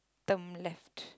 turn left